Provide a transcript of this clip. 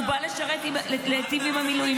הוא בא להיטיב עם המילואימניקים,